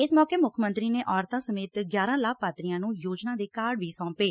ਇਸ ਮੌਕੇ ਮੁੱਖ ਮੰਤਰੀ ਨੇ ਔਰਤਾਂ ਸਮੇਤ ਗਿਆਰਾਂ ਲਾਭ ਪਾਤਰੀਆਂ ਨੂੰ ਯੋਜਨਾ ਦੇ ਕਾਰਡ ਵੀ ਸੌਂਪੇ